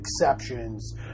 exceptions